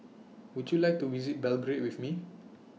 Would YOU like to visit Belgrade with Me